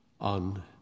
on